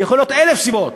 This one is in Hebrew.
יכולות להיות אלף סיבות.